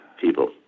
people